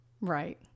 Right